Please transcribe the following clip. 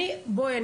בואי,